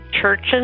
churches